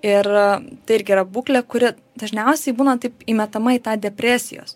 ir tai irgi yra būklė kuri dažniausiai būna taip įmetama į tą depresijos